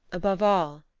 above all,